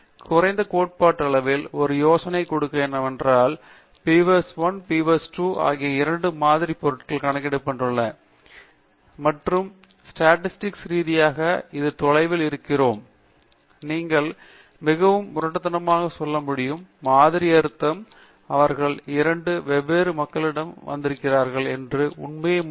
எனவே குறைந்தது கோட்பாட்டளவில் ஒரு யோசனை கொடுக்க என்னவென்றால் பீவர்ஸ்1 மற்றும் பீவர்ஸ்2 ஆகிய இரண்டின் மாதிரி பொருள் கணக்கிடப்படுகிறது மற்றும் ஸ்டாட்டிஸ்டிக் ரீதியாக நாம் தொலைவில் இருக்கிறோம் நீங்கள் மிகவும் முரட்டுத்தனமாக சொல்ல முடியும் மாதிரி அர்த்தம் அவர்கள் இரண்டு வெவ்வேறு மக்களிடமிருந்து வந்திருக்கிறார்கள் என்ற உண்மையை முன்னிட்டு